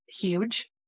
huge